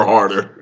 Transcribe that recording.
Harder